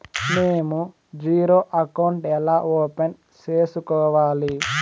మేము zero account ఎలా open సేసుకోవాలి